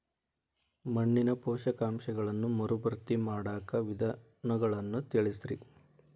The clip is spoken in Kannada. ಮಣ್ಣಿನ ಪೋಷಕಾಂಶಗಳನ್ನ ಮರುಭರ್ತಿ ಮಾಡಾಕ ವಿಧಾನಗಳನ್ನ ತಿಳಸ್ರಿ